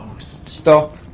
stop